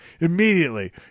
Immediately